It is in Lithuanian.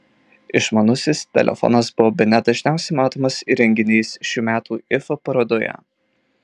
išmanusis telefonas buvo bene dažniausiai matomas įrenginys šių metų ifa parodoje